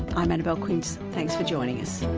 i'm annabelle quince, thanks for joining us